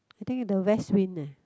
I think the west win neh